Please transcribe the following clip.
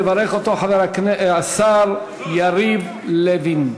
יברך אותו השר יריב לוין.